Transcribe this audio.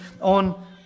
on